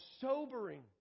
sobering